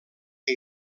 que